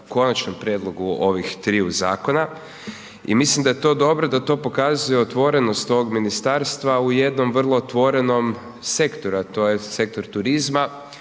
Konačnom prijedlogu ovih triju zakona i mislim da je to dobro, da to pokazuje otvorenost tog ministarstva u jednom vrlo otvorenom sektoru, a to je sektor turizma